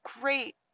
great